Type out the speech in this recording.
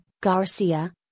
Garcia